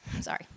Sorry